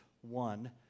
one